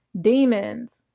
Demons